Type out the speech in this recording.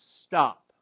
stop